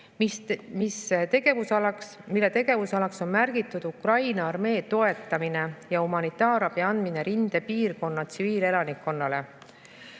mille tegevusalaks on märgitud Ukraina armee toetamine ja humanitaarabi andmine rindepiirkonna tsiviilelanikkonnale.